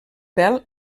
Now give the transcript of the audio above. pèl